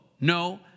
No